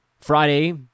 Friday